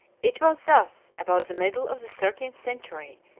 it was thus, about the middle of the thirteenth century,